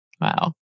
Wow